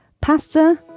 pasta